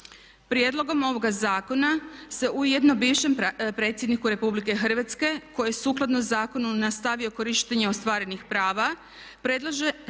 Prijedlogom ovoga zakona se ujedno bivšem predsjedniku Republike Hrvatske koji je sukladno zakonu nastavio korištenje ostvarenih prava predlaže